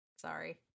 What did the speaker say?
Sorry